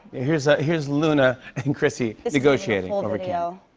here's ah here's luna and chrissy negotiating over candy.